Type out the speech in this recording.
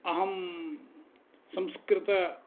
अहं संस्कृतस्य